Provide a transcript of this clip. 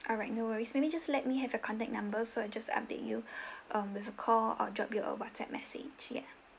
alright no worries maybe just let me have your contact number so I'll just update you um with a call or drop you a WhatsApp message ya